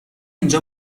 اینجا